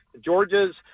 Georgia's